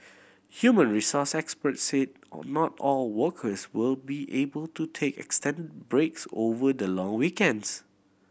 human resources experts say all not all workers will be able to take extend breaks over the long weekends